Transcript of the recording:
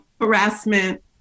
harassment